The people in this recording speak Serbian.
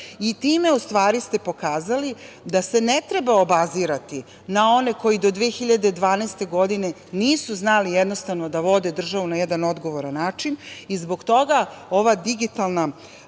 Time, u stvari, ste pokazali da se ne treba obazirati na one koji do 2012. godine nisu znali jednostavno da vode državu na jedan odgovoran način. Zbog toga ova digitalna